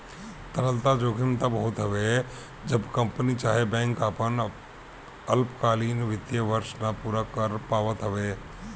तरलता जोखिम तब होत हवे जब कंपनी चाहे बैंक आपन अल्पकालीन वित्तीय वर्ष ना पूरा कर पावत हवे